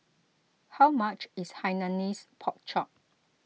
how much is Hainanese Pork Chop